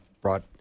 brought